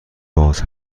باز